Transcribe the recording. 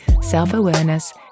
self-awareness